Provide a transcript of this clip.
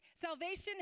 Salvation